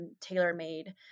tailor-made